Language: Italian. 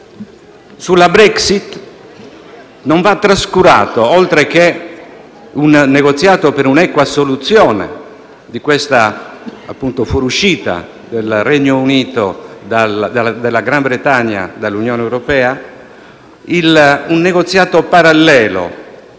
Sulla Brexit, non va trascurato, oltre che un negoziato per un'equa soluzione di questa fuoruscita del Regno Unito dall'Unione europea, un negoziato parallelo